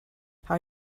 how